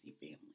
family